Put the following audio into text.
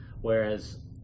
whereas